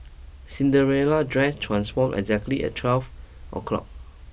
Cinderella dress transformed exactly at twelve o' clock